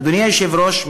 אדוני היושב-ראש,